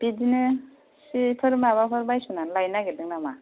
बिदिनो सिफोर माबाफोर बायस'नानै लायनो नागेरदों नामा